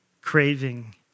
craving